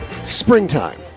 Springtime